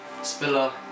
Spiller